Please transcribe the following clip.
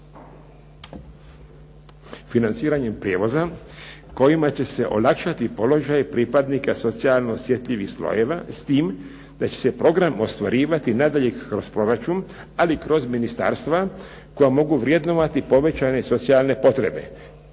financiranjem prijevoza kojima će se olakšati položaj pripadnika socijalno osjetljivih slojeva s tim da će se program ostvarivati nadalje kroz proračun, ali kroz ministarstva koja mogu vrednovati povećane socijalne potrebe.